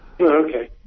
Okay